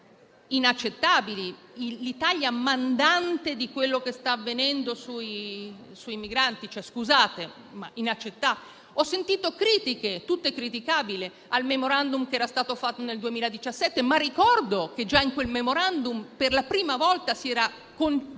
inaccettabili: l'Italia mandante di quello che sta avvenendo sui migranti? Scusate, ma è inaccettabile. Ho sentito critiche (tutto è criticabile) al *memorandum* che era stato fatto nel 2017; ma ricordo che, già in quel *memorandum*, per la prima volta si era permesso